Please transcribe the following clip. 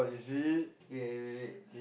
okay wait wait